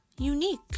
unique